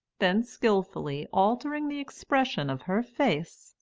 then skilfully altering the expression of her face,